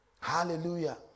Hallelujah